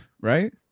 right